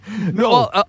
No